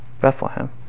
Bethlehem